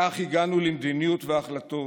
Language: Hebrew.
כך הגענו למדיניות והחלטות